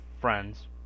friends